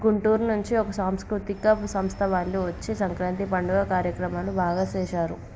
గుంటూరు నుంచి ఒక సాంస్కృతిక సంస్థ వాళ్ళు వచ్చి సంక్రాంతి పండుగ కార్యక్రమాలు బాగా సేశారు